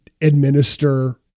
administer